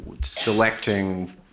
selecting